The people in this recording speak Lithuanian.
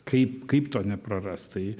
kaip kaip to neprarast tai